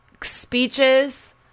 speeches